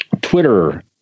Twitter